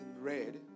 red